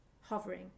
hovering